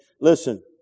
Listen